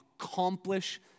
accomplish